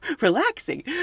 relaxing